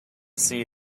see